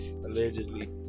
Allegedly